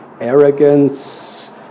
arrogance